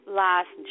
last